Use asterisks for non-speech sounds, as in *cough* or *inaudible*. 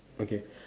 okay *breath*